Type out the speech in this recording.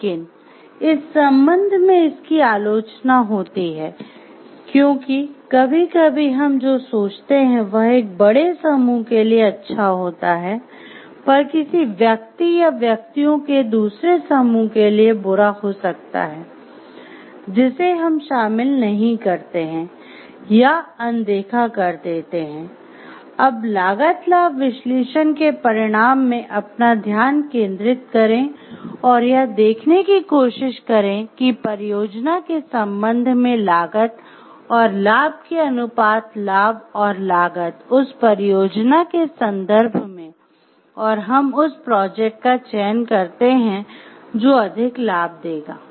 लेकिन इस संबंध में इसकी आलोचना होती है क्योंकि कभी कभी हम जो सोचते हैं वह एक बड़े समूह के लिए अच्छा होता है पर किसी व्यक्ति या व्यक्तियों के दूसरे समूह के लिए बुरा हो सकता है जिसे हम शामिल नहीं करते हैं या अनदेखा कर देते हैं अब लागत लाभ विश्लेषण के परिणाम में अपना ध्यान केंद्रित करें और यह देखने की कोशिश करें कि परियोजना के संबंध में लागत और लाभ के अनुपात लाभ और लागत उस परियोजना के सन्दर्भ में और हम उस प्रोजेक्ट का चयन करते हैं जो अधिक लाभ देगा